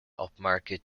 upmarket